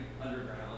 underground